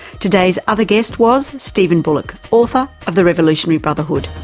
today's other guest was stephen bullock, author of the revolutionary brotherhood.